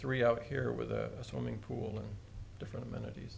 three out here with a swimming pool and different amenities